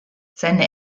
seine